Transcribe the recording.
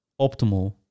optimal